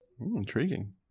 Intriguing